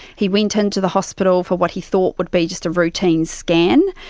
he went into the hospital for what he thought would be just a routine scan.